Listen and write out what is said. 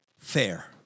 fair